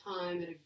time